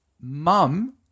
mum